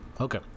Okay